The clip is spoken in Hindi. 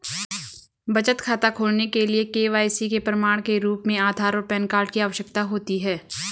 बचत खाता खोलने के लिए के.वाई.सी के प्रमाण के रूप में आधार और पैन कार्ड की आवश्यकता होती है